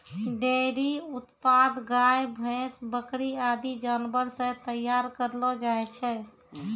dairy उत्पाद गाय, भैंस, बकरी आदि जानवर सें तैयार करलो जाय छै